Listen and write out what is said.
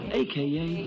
aka